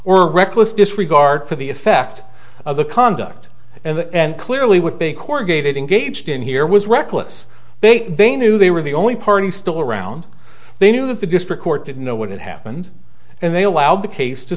a reckless disregard for the effect of the conduct and the and clearly would be corrugated engaged in here was reckless they they knew they were the only party still around they knew that the district court did know what had happened and they allowed the case to